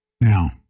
Now